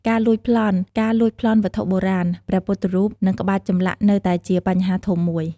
ការលួចប្លន់ ការលួចប្លន់វត្ថុបុរាណ ព្រះពុទ្ធរូប និងក្បាច់ចម្លាក់នៅតែជាបញ្ហាធំមួយ។